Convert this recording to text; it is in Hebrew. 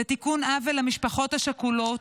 זה תיקון עוול למשפחות השכולות,